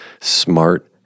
smart